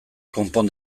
konpon